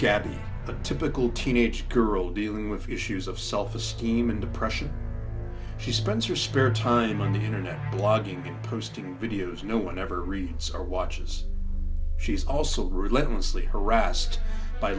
the typical teenage girl dealing with issues of self esteem and depression she spends her spare time on the internet blog posting videos no one ever reads or watches she's also relentlessly harassed by